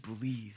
believe